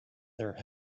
their